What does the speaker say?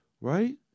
right